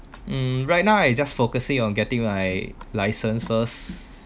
hmm right now I just focusing on getting my licence first